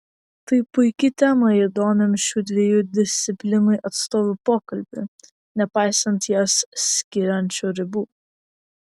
tai puiki tema įdomiam šių dviejų disciplinų atstovų pokalbiui nepaisant jas skiriančių ribų